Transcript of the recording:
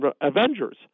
Avengers